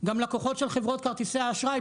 גם לקוחות של חברות כרטיסי האשראי,